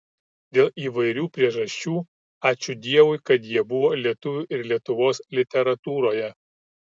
dėl įvairių priežasčių ačiū dievui kad jie buvo lietuvių ir lietuvos literatūroje